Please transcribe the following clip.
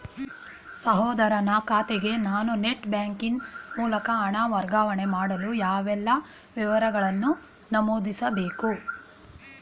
ಸಹೋದರನ ಖಾತೆಗೆ ನಾನು ನೆಟ್ ಬ್ಯಾಂಕಿನ ಮೂಲಕ ಹಣ ವರ್ಗಾವಣೆ ಮಾಡಲು ಯಾವೆಲ್ಲ ವಿವರಗಳನ್ನು ನಮೂದಿಸಬೇಕು?